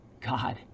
God